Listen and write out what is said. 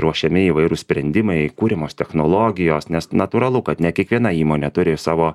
ruošiami įvairūs sprendimai kuriamos technologijos nes natūralu kad ne kiekviena įmonė turi savo